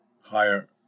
higher